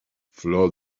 flor